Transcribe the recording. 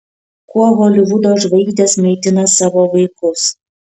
kuo holivudo žvaigždės maitina savo vaikus